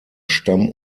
stamm